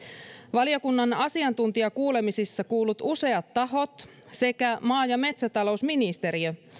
valiokunnan asiantuntijakuulemisissa kuullut useat tahot sekä maa ja metsätalousministeriö